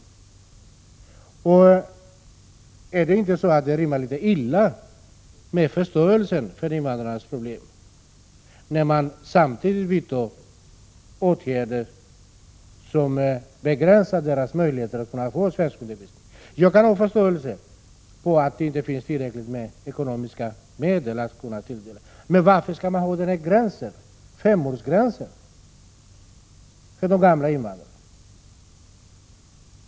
Rimmar det således inte litet illa med förståelsen för invandrarnas problem när man samtidigt vidtar åtgärder som begränsar deras möjligheter att få svenskundervisning? Jag kan förstå att det inte finns tillräckligt med ekonomiska medel. Men jag måste ändå fråga varför det skall behöva finnas en femårsgräns för de gamla invandrarna?